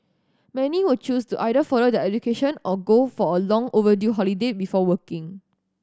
many will choose to either further their education or go for a long overdue holiday before working